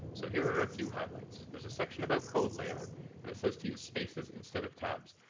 so here are a few highlights. there's a section about code layout and it says to use spaces instead of tabs.